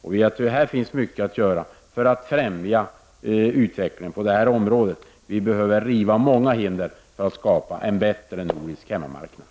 Det finns mycket att göra för att främja utvecklingen på detta område. Vi behöver riva många hinder för att skapa en bättre nordisk hemmamarknad.